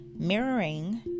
Mirroring